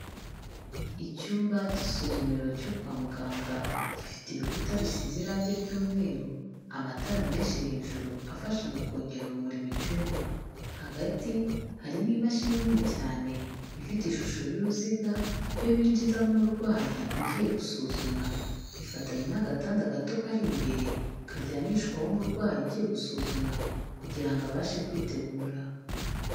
Icyumba cy'isuzumiro cyo kwa muganga gifite ibikuta bisize irangi ry'umweru, amatara menshi hejuru afasha mu kongera urumuri mu cyumba, hagati harimo imashini nini cyane ifite ishusho y'uruziga iyo binjizamo umurwayi ugiye gusuzumwa, ifatanye n'agatanda gato kari imbere karyamishwaho umurwayi ugiye gusuzumwa kugira ngo abashe kwitegura.